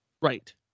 right